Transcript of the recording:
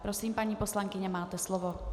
Prosím, paní poslankyně, máte slovo.